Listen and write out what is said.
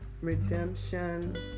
redemption